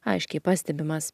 aiškiai pastebimas